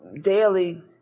daily